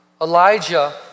Elijah